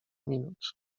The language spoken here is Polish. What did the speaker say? minut